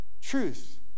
truth